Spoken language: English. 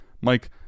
Mike